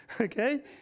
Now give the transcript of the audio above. okay